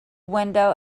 window